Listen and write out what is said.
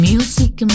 Music